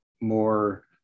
more